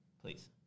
Please